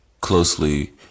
closely